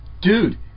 Dude